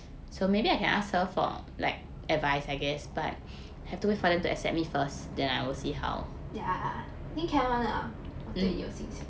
yeah I think can [one] lah 我对你有信心